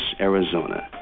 Arizona